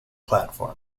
platform